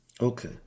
Okay